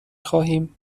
خواهیم